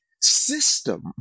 system